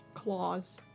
Claws